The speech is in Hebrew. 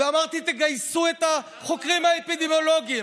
ואמרתי: תגייסו את החוקרים האפידמיולוגיים